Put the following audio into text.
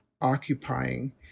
occupying